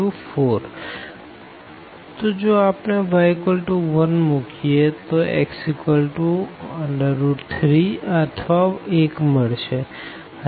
તો જો આપણે y1 મુકીએ તો x3 અથવા 1 મળશે